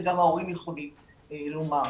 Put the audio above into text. וגם ההורים יכולים לומר.